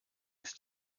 ist